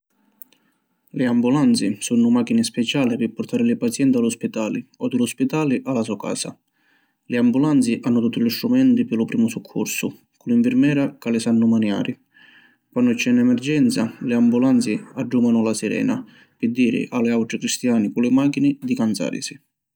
Li ambulanzi sunnu machini speciali pi purtari li pazienti a lu spitali o di lu spitali a la so casa. Li ambulanzi hannu tutti li strumenti pi lu primu succursu cu li nfirmera ca li sannu maniari. Quannu c’è na emergenza, li ambulanzi addumanu la sirena pi diri a li autri cristiani cu li machini di canzarisi.